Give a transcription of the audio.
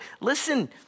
Listen